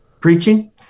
preaching